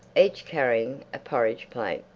each carrying a porridge plate.